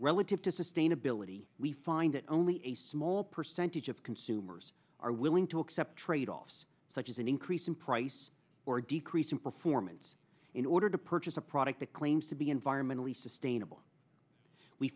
relative to sustainability we find that only a small percentage of consumers are willing to accept tradeoffs such as an increase in price or decreasing performance in order to purchase a product that claims to be environmentally sustainable we